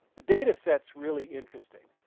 the data set's really interesting.